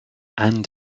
and